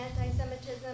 anti-Semitism